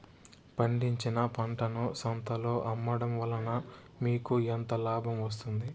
పండించిన పంటను సంతలలో అమ్మడం వలన మీకు ఎంత లాభం వస్తుంది?